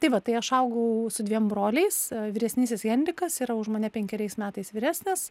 tai va tai aš augau su dviem broliais vyresnysis henrikas yra už mane penkeriais metais vyresnis